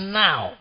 now